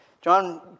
John